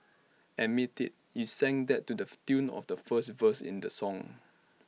admit IT you sang that to the tune of the first verse in the song